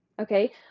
okay